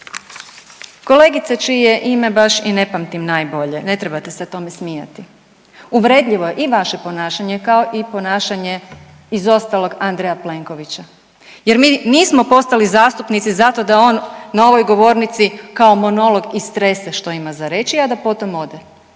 Kolegica čije ime baš i ne pamtim najbolje, ne trebate se tome smijati, uvredljivo je i vaše ponašanje, kao i ponašanje iz ostalog Andreja Plenkovića jer mi nismo postali zastupnici zato da on na ovoj govornici kao monolog istrese što ima za reći, a da potom ode